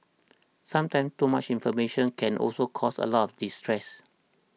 sometimes too much information can also cause a lot of distress